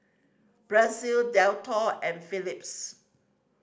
Praise Dettol and Phillips